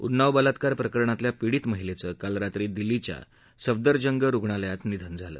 उन्नाव बलात्कार प्रकरणातली पीडित महिलेचं काल रात्री दिल्लीच्या सफदरजंग रुग्णालयात निधन झालं